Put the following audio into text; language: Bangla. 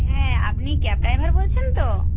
হ্যাঁ আপনি ক্যাব ড্রাইভার বলছেন তো